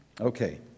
Okay